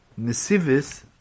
Nesivis